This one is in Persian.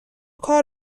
کار